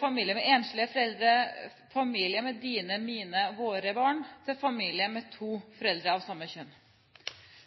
familier med en enslig forelder, familier med dine, mine og våre barn til familier med to foreldre av samme kjønn.